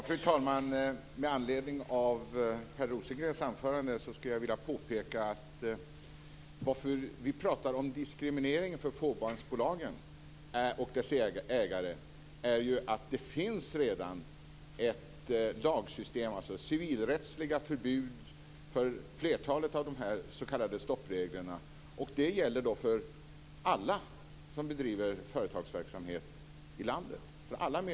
Fru talman! Med anledning av Per Rosengrens anförande skulle jag vilja göra några påpekanden. Anledningen till att vi talar om diskriminering av fåmansbolagen och deras ägare är att det redan finns ett lagsystem, civilrättsliga förbud för flertalet av de s.k. stoppreglerna. Det gäller för alla medborgare som bedriver företagsverksamhet i landet.